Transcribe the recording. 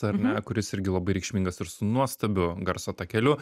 ar ne kuris irgi labai reikšmingas ir su nuostabiu garso takeliu